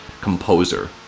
Composer